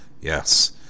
Yes